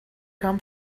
come